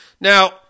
Now